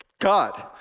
God